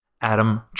Adam